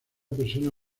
persona